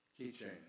keychain